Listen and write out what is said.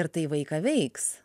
ir tai vaiką veiks